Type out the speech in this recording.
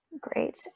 Great